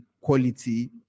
quality